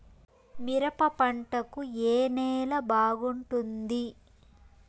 మిరప పంట కు ఏ నేల బాగుంటుంది?